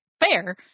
fair